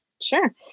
Sure